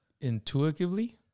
Intuitively